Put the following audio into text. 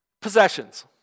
Possessions